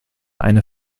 eine